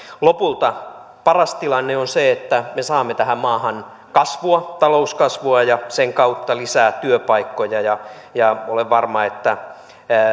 lopulta paras tilanne on se että me saamme tähän maahan kasvua talouskasvua ja sen kautta lisää työpaikkoja olen varma että